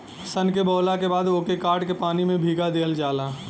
सन के बोवला के बाद ओके काट के पानी में भीगा दिहल जाला